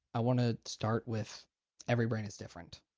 i want to start with every brain is different.